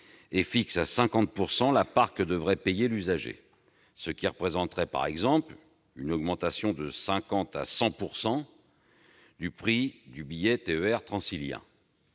et fixe à 50 % la part que devrait payer l'usager, ce qui représenterait par exemple une augmentation de 50 % à 100 % du prix du billet TER-Transilien.